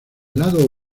lado